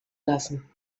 lassen